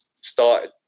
started